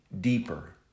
deeper